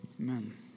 Amen